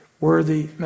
worthy